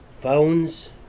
phones